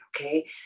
okay